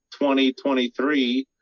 2023